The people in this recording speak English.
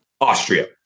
austria